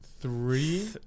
three